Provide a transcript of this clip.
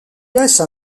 laisse